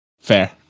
Fair